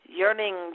yearning